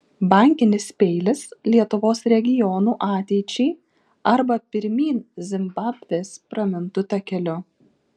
bankinis peilis lietuvos regionų ateičiai arba pirmyn zimbabvės pramintu takeliu